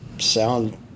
sound